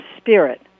spirit